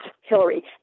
Hillary